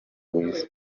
rwiza